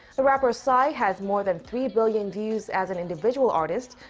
the rapper psy has more than three billion views as an individual artist,